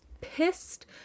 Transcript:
pissed